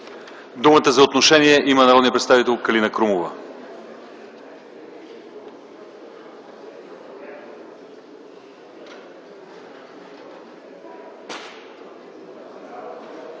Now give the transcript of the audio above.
Думата за отношение има народният представител Калина Крумова.